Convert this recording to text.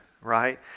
right